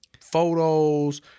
photos